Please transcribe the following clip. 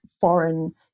foreign